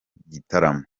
gitaramo